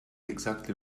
exactly